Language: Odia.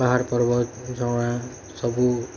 ପାହାଡ଼ ପର୍ବତ ଝରଣା ସବୁ